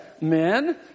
men